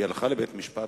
היא הלכה לבית-משפט,